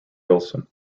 wilson